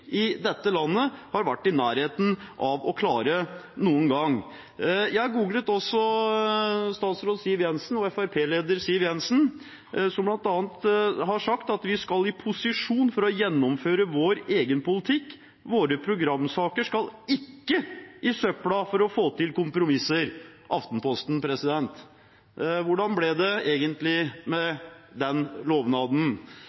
i dette landet har vært i nærheten av å klare noen gang. Jeg googlet også statsråd Siv Jensen og Fremskrittsparti-leder Siv Jensen, som bl.a. har sagt: «Vi skal i regjering for å gjennomføre vår politikk.» Våre programsaker skal ikke «i søpla for å få til kompromisser» – Aftenposten. Hvordan ble det egentlig